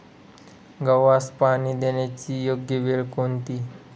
गव्हास पाणी देण्याची योग्य वेळ कोणती?